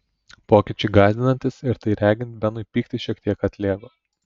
pokyčiai gąsdinantys ir tai regint benui pyktis šiek tiek atlėgo